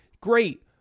great